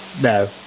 No